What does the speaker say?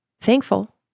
thankful